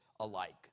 alike